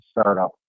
startup